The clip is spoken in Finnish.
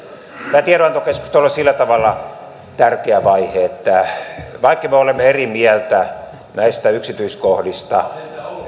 tämä tiedonantokeskustelu on sillä tavalla tärkeä vaihe että vaikka me olemme eri mieltä näistä yksityiskohdista